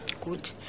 Good